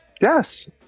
Yes